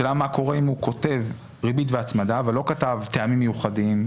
השאלה מה קורה אם הוא כותב ריבית והצמדה ולא כתב טעמים מיוחדים.